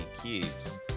cubes